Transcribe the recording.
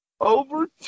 Over